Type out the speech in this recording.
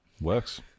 works